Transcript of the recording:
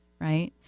right